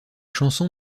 chansons